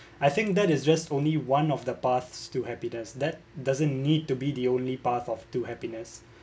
I think that is just only one of the paths to happiness that doesn't need to be the only path of to happiness